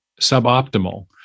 suboptimal